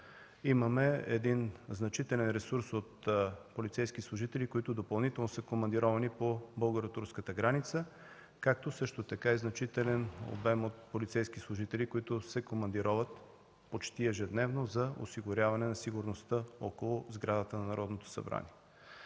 имаме един значителен ресурс от полицейски служители, които допълнително са командировани по българо-турската граница, също така и значителен обем от полицейски служители, които се командироват почти ежедневно за осигуряване на сигурността около сградата на Народното събрание.